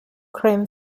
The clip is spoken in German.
creme